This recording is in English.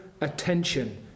attention